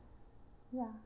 ya